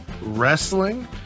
wrestling